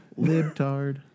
Libtard